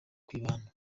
kwibana